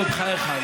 נו, בחייך.